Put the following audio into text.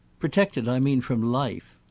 protected i mean from life.